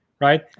right